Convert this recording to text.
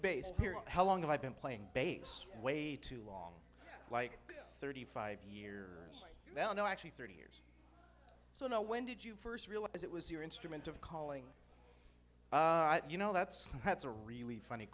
bass here how long i've been playing bass way too long like thirty five year now no actually thirty years so i know when did you first realize it was your instrument of calling you know that's that's a really funny